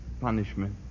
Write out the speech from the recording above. punishment